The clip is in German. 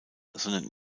sondern